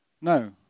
No